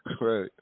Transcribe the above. Right